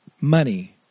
Money